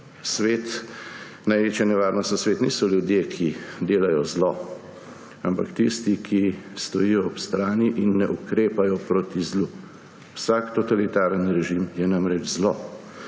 največja nevarnost za svet niso ljudje, ki delajo zlo, ampak tisti, ki stojijo ob strani in ne ukrepajo proti zlu. Vsak totalitarni režim je namreč zlo.